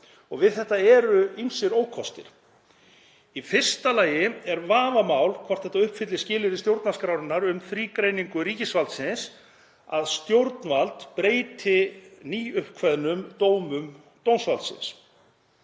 Við þetta eru ýmsir ókostir. Í fyrsta lagi er vafamál hvort þetta uppfylli skilyrði stjórnarskrárinnar um þrígreiningu ríkisvaldsins, að stjórnvald breyti nýuppkveðnum dómum dómsvaldsins.